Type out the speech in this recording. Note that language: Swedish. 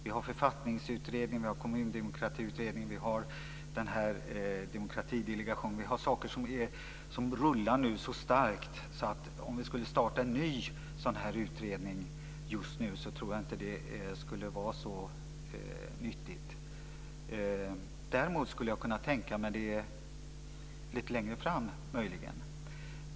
Vi har Författningsutredningen, vi har Kommundemokratiutredningen, vi har Demokratidelegationen. Vi har utredningar som nu rullar så starkt, så jag tror inte att det skulle vara så nyttigt om vi skulle starta en ny utredning just nu. Däremot skulle jag möjligen kunna tänka mig att göra det lite längre fram.